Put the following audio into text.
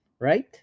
Right